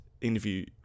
interview